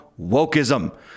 wokeism